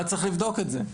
וצריך לבדוק את זה.